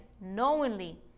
knowingly